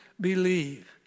believe